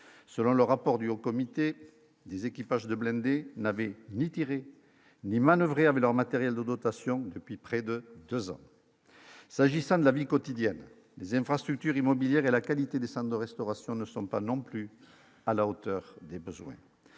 selon le rapport du Haut comité des équipages de blindés n'avait ni tirer ni manoeuvrer avec leur matériel, de dotation depuis près de 2 ans, s'agissant de la vie quotidienne des infrastructures immobilières et la qualité des de restauration ne sont pas non plus à la hauteur des besoins